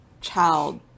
child